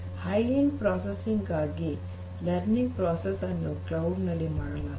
high end processing ಗಾಗಿ learning process ಅನ್ನು cloud ನಲ್ಲಿ ಮಾಡಲಾಗುವುದು